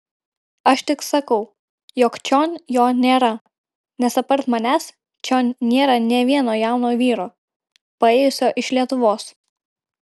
aš tik sakau jog čion jo nėra nes apart manęs čion nėra nė vieno jauno vyro paėjusio iš lietuvos